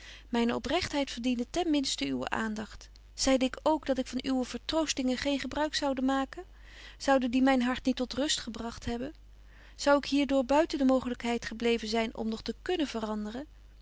oprechtheid verdiende ten minsten uwen aandagt zeide ik k dat ik van uwe vertroostingen geen gebruik zoude betje wolff en aagje deken historie van mejuffrouw sara burgerhart maken zouden die myn hart niet tot rust gebragt hebben zou ik hier door buiten de mooglykheid gebleven zyn om nog te kunnen veranderen